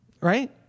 right